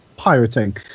pirating